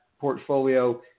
portfolio